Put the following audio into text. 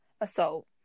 assault